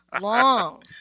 long